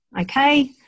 okay